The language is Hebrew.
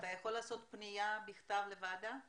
אתה יכול לפנות בכתב לוועדה?